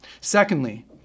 Secondly